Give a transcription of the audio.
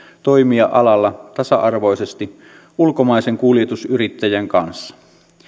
toimia alalla tasa arvoisesti ulkomaisen kuljetusyrittäjän kanssa